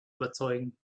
überzeugen